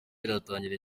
iratangira